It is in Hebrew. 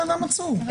במעצר?